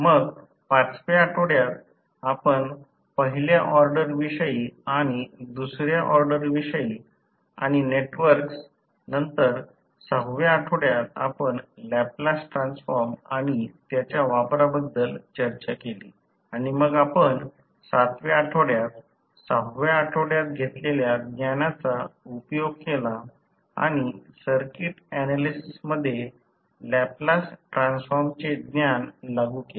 मग 5 व्या आठवड्यात आपण पहिल्या ऑर्डर विषयी आणि दुसर्या ऑर्डर विषयी आणि नेटवर्क्स नंतर सहाव्या आठवड्यात आपण लॅपलास ट्रान्सफॉर्म आणि त्याच्या वापरा बद्दल चर्चा केली आणि मग आपण 7 व्या आठवड्यात सहाव्या आठवड्यात घेतलेल्या ज्ञानाचा उपयोग केला आणि सर्किट ऍनालिसिस मध्ये लॅपलास ट्रान्सफॉर्मचे ज्ञान लागू केले